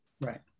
Right